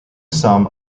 sum